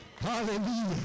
Hallelujah